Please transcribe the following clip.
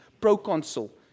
Proconsul